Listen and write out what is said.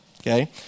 okay